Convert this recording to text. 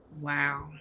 Wow